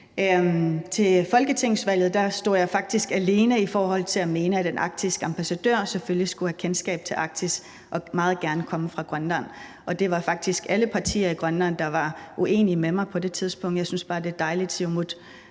Til folketingsvalget stod jeg faktisk alene om at mene, at en arktisk ambassadør selvfølgelig skulle have kendskab til Arktis og meget gerne komme fra Grønland, og det var faktisk alle partier i Grønland, der var uenige med mig på det tidspunkt. Jeg synes bare, at det er dejligt, Siumut